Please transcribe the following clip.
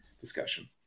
discussion